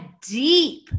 deep